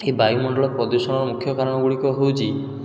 ଏଇ ବାଯୁମଣ୍ଡଳ ପ୍ରଦୂଷଣ ମୁଖ୍ୟ କାରଣ ଗୁଡ଼ିକ ହେଉଛି